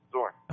Zorn